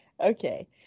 Okay